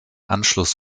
anschluss